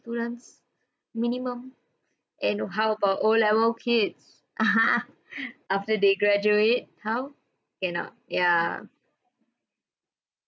minimum and how about O level kids after they graduate how cannot ya